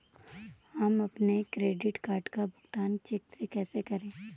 हम अपने credit card का भुगतान चेक से कैसे करें?